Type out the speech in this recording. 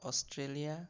Australia